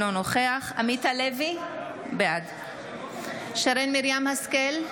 אינו נוכח עמית הלוי, בעד שרן מרים השכל,